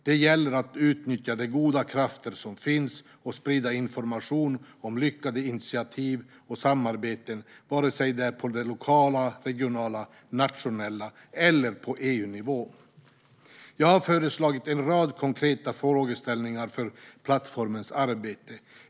Det gäller att utnyttja de goda krafter som finns och sprida information om lyckade initiativ och samarbeten, vare sig de finns på lokal nivå, regional nivå, nationell nivå eller på EU-nivå. Jag har föreslagit en rad konkreta frågeställningar för plattformens arbete.